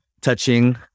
touching